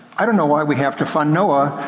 i don't know why we have to fund noaa,